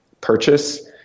purchase